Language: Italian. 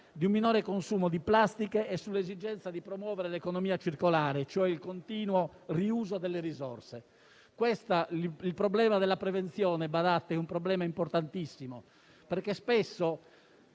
di un minore consumo di plastica e sull'esigenza di promuovere l'economia circolare, ossia il continuo riuso delle risorse. Quello della prevenzione - badate - è un problema importantissimo, perché siamo